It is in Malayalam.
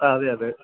അതെ അതെ